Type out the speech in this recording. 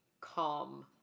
calm